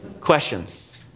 Questions